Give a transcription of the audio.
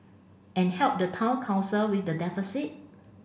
and help the Town Council with the deficit